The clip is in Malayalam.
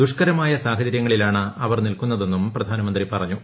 ദുഷ്കരമായ സാഹചര്യങ്ങളിലാണ് അവ്ർ നിൽക്കുന്നതെന്നും പ്രധാനമന്ത്രി പറഞ്ഞു